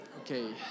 Okay